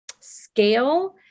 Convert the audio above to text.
scale